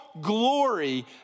glory